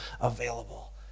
available